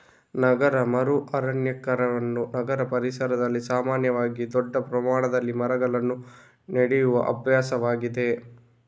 ನಗರ ಮರು ಅರಣ್ಯೀಕರಣವು ನಗರ ಪರಿಸರದಲ್ಲಿ ಸಾಮಾನ್ಯವಾಗಿ ದೊಡ್ಡ ಪ್ರಮಾಣದಲ್ಲಿ ಮರಗಳನ್ನು ನೆಡುವ ಅಭ್ಯಾಸವಾಗಿದೆ